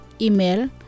Email